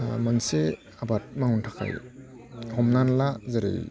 मोनसे आबाद मावनो थाखाय हमनानैला जेरै